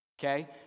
okay